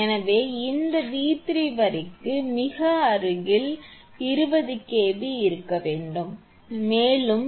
எனவே இந்த 𝑉3 வரிக்கு மிக அருகில் 20 kV இருக்க வேண்டும் 20 kV